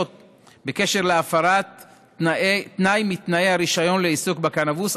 בקשר להפרת תנאי מתנאי הרישיון לעיסוק בקנבוס,